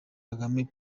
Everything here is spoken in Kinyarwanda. kagame